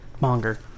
monger